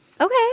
okay